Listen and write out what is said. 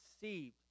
deceived